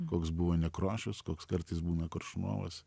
koks buvo nekrošius koks kartais būna koršunovas